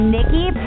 Nikki